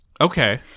Okay